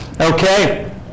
Okay